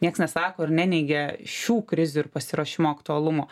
nieks nesako ir neneigia šių krizių ir pasiruošimo aktualumo